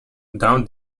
down